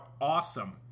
awesome